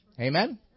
Amen